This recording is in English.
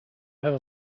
have